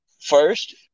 first